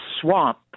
swamp